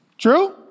True